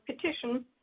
petition